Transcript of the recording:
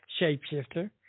shapeshifter